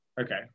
okay